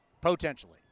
potentially